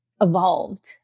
evolved